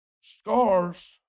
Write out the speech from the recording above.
Scars